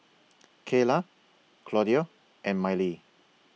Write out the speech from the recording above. Kaela Claudio and Mylee